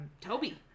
Toby